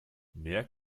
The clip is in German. mehr